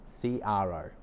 CRO